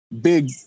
big